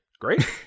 Great